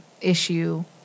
issue